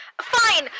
Fine